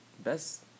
Best